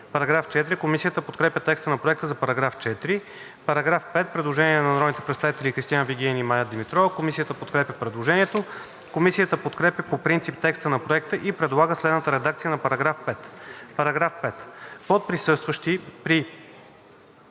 за § 3. Комисията подкрепя текста на Проекта за § 4. По § 5 има предложение на народните представители Кристиан Вигенин и Мая Димитрова. Комисията подкрепя предложението. Комисията подкрепя по принцип текста на Проекта и предлага следната редакция на § 5: „§ 5. Под „присъстващи“ при